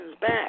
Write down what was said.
back